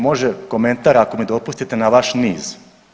Može komentar ako mi dopustite na vaš niz.